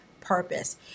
purpose